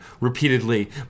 repeatedly